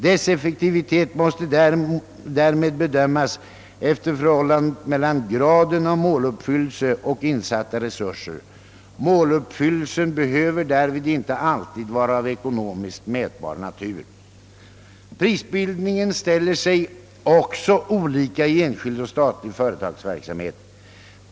Dess effektivitet måste därmed bedömas efter förhållandet mellan graden av måluppfyllelse och insatta resurser. Måluppfyllelsen behöver därvid inte alltid vara av ekonomiskt mätbar natur. Prisbildningen ställer sig också olika i enskild och statlig företagsverksamhet.